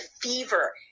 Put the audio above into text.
fever